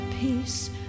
peace